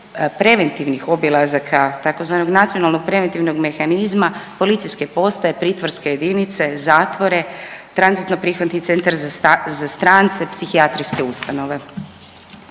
preventivnih obilazaka tzv. nacionalnog preventivnog mehanizma policijske postaje, pritvorske jedinice, zatvore, tranzitno prihvatni centar za strance, psihijatrijske ustanove.